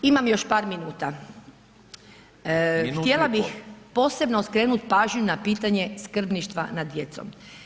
Imam još par minuta [[Upadica: Minutu i pol.]] Htjela bih posebno skrenuti pažnju na pitanje skrbništva nad djecom.